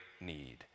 need